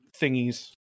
thingies